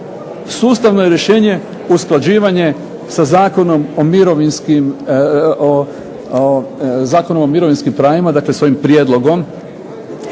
sustavno je rješenje usklađivanje sa Zakonom o mirovinskim pravima, dakle s ovim Prijedlogom